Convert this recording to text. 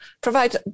provide